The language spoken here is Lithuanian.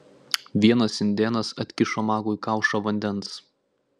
vienas indėnas atkišo magui kaušą vandens